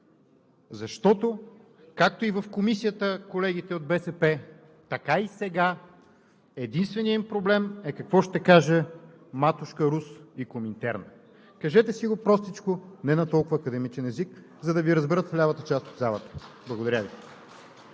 Защото, както и в Комисията, така и сега на колегите от БСП единственият им проблем е какво ще каже Матушка Русь и Коминтерна. Кажете си го простичко, не на толкова академичен език, за да Ви разберат в лявата част от залата. (Частични